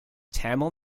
tamil